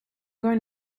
going